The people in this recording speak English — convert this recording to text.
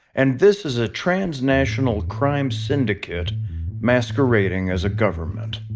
and this is a transnational crime syndicate masquerading as a government.